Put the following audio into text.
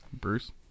Bruce